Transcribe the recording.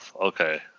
Okay